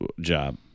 job